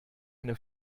eine